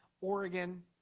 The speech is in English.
Oregon